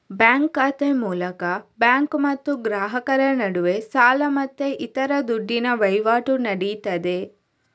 bank ಖಾತೆ ಮೂಲಕ bank ಮತ್ತು ಗ್ರಾಹಕರ ನಡುವೆ ಸಾಲ ಮತ್ತೆ ಇತರ ದುಡ್ಡಿನ ವೈವಾಟು ನಡೀತದೆ